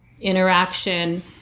interaction